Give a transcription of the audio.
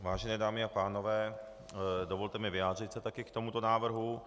Vážené dámy a pánové, dovolte mi vyjádřit se taky k tomuto návrhu.